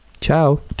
Ciao